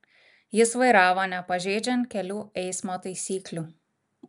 jis vairavo nepažeidžiant kelių eismo taisyklių